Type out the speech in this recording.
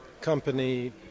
company